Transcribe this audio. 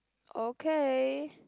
okay